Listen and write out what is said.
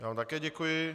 Já vám také děkuji.